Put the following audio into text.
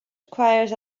requires